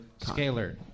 Scalar